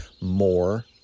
more